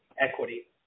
equity